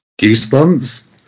Goosebumps